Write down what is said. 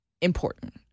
important